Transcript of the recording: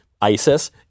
ISIS